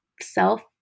self